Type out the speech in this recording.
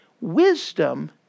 Wisdom